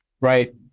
right